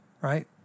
right